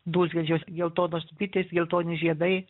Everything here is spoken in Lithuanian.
dūzgiančios geltonos bitės geltoni žiedai